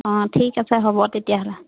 অঁ ঠিক আছে হ'ব তেতিয়াহ'লে